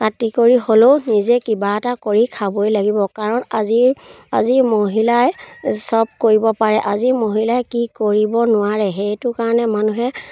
কাটি কৰি হ'লেও নিজে কিবা এটা কৰি খাবই লাগিব কাৰণ আজিৰ আজি মহিলাই সব কৰিব পাৰে আজি মহিলাই কি কৰিব নোৱাৰে সেইটো কাৰণে মানুহে